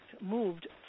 moved